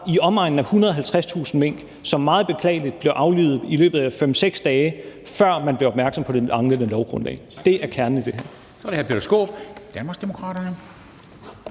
i omegnen af 150.000 mink, som meget beklageligt blev aflivet i løbet af 5-6 dage, før man blev opmærksom på det manglende lovgrundlag. Det er kernen i det her.